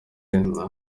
ahabwa